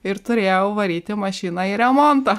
ir turėjau varyti mašiną į remontą